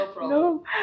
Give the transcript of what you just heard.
no